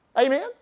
Amen